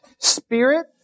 Spirit